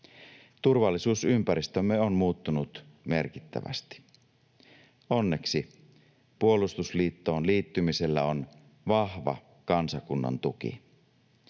Turvallisuusympäristömme on muuttunut merkittävästi. Onneksi puolustusliittoon liittymisellä on vahva kansakunnan tuki.